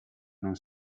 non